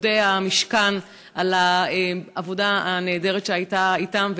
לעובדי המשכן על העבודה הנהדרת שהייתה אתם,